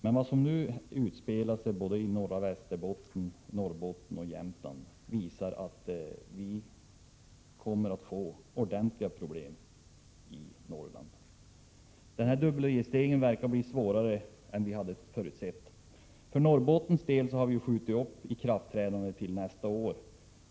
Men det som nu utspelar sig i norra Västerbotten, Norrbotten och Jämtland visar att vi kommer att få ordentliga problem i Norrland. Dubbelregistreringen verkar bli svårare än vi hade förutsett. För Norrbottens del har vi skjutit upp ikraftträdandet till nästa år.